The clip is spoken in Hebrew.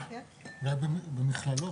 אולי במכללות.